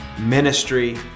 ministry